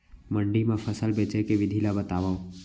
मंडी मा फसल बेचे के विधि ला बतावव?